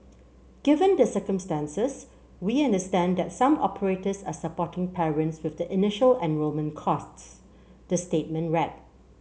given the circumstances we understand that some operators are supporting parents with the initial enrolment costs the statement read